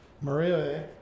Maria